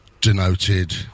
denoted